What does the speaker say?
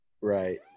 Right